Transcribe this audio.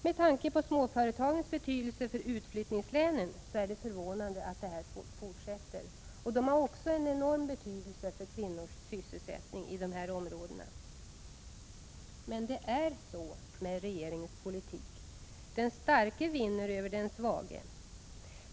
Med tanke på småföretagens betydelse för utflyttningslänen är det förvånande att detta fortsätter. Småföretagen har också en enorm betydelse för kvinnors sysselsättning i de här områdena. Men så är det i regeringens politik! Den starke vinner över den svage.